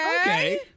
Okay